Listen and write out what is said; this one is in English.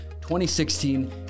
2016